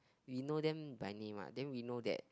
we know them by name lah then we know that